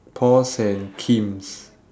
paul's and kim's